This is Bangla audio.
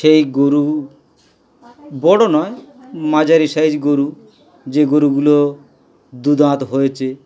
সেই গরু বড়ো নয় মাঝারি সাইজ গরু যে গরুগুলো দুধ দাঁত হয়েছে